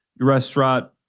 restaurant